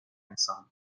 انسان